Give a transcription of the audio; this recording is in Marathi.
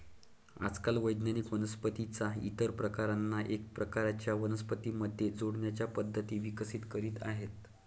आजकाल वैज्ञानिक वनस्पतीं च्या इतर प्रकारांना एका प्रकारच्या वनस्पतीं मध्ये जोडण्याच्या पद्धती विकसित करीत आहेत